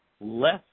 less